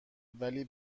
ولی